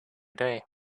day